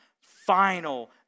final